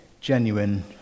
genuine